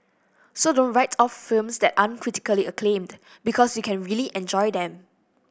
so don't write off films that aren't critically acclaimed because you can really enjoy them